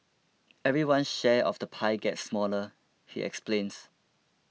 everyone share of the pie gets smaller he explains